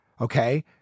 Okay